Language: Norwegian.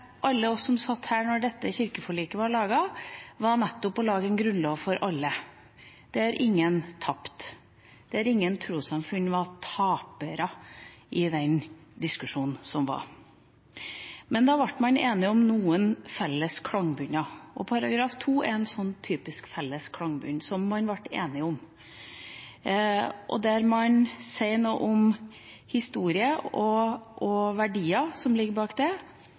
alle oss som satt her da dette kirkeforliket ble laget, var nettopp å lage en grunnlov for alle, der ingen tapte, der ingen trossamfunn var tapere i den diskusjonen som var. Da ble man enige om noen felles klangbunner, og § 2 er en sånn typisk felles klangbunn som man ble enige om. Der sier man noe om historie og verdier som ligger bak,